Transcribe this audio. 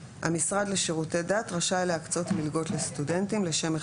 המשרד לשירותי דת רשאי להקצות מלגות לסטודנטים לשם מחקר